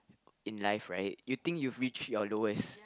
in life right you think you reached your lowest